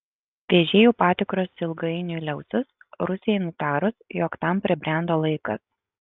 vežėjų patikros ilgainiui liausis rusijai nutarus jog tam pribrendo laikas